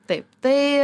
taip tai